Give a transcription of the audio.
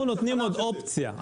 אנחנו נותנים עוד אופציה.